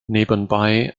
nebenbei